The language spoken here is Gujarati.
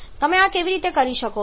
તમે આ કેવી રીતે કરી શકો છો